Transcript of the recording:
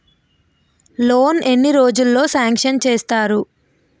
Loan ఎన్ని రోజుల్లో sanction చేస్తారు?